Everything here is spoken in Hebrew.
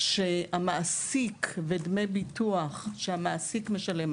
שהמעסיק ודמי ביטוח שהמעסיק משלם.